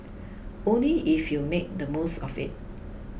only if you make the most of it